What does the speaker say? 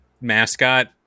mascot